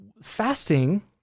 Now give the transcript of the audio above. Fasting